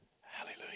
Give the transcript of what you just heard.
Hallelujah